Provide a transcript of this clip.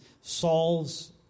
Saul's